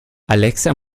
alexa